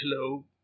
Hello